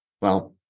Well-